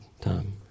time